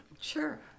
Sure